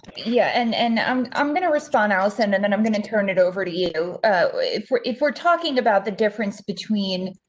yeah, and and um i'm going to respond alison and then i'm going to turn it over to you if we're if we're talking about the difference between.